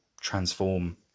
transform